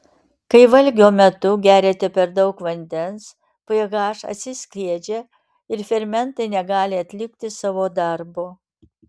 kai valgio metu geriate per daug vandens ph atsiskiedžia ir fermentai negali atlikti savo darbo